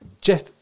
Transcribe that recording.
Jeff